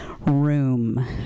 room